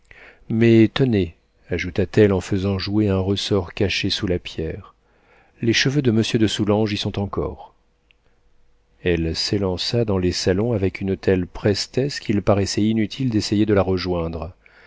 mais tenez ajouta-t-elle en faisant jouer un ressort caché sous la pierre les cheveux de monsieur de soulanges y sont encore elle s'élança dans les salons avec une telle prestesse qu'il paraissait inutile d'essayer de la rejoindre